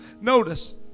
notice